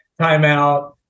timeout